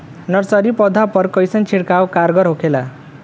Nursery पौधा पर कइसन छिड़काव कारगर होखेला?